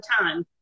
time